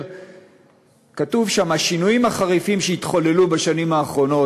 וכתוב שם: השינויים החריפים שהתחוללו בשנים האחרונות